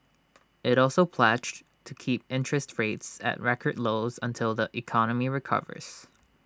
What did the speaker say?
IT also pledged to keep interest rates at record lows until the economy recovers